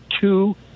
two